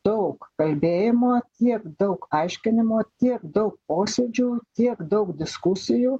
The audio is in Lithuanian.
daug kalbėjimo tiek daug aiškinimo tiek daug posėdžių tiek daug diskusijų